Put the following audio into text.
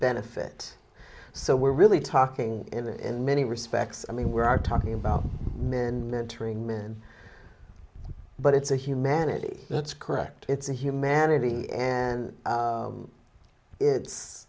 benefit so we're really talking in that in many respects i mean we are talking about men mentoring men but it's a humanity that's correct it's a humanity and it's